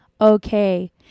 okay